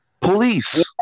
police